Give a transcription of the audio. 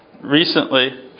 recently